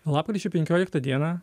lapkričio penkioliktą dieną